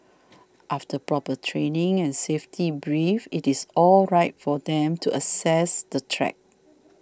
after proper training and safety brief it is all right for them to access the track